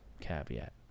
caveat